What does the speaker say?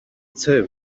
too